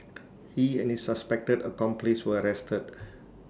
he and his suspected accomplice were arrested